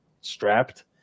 strapped